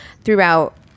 throughout